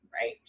Right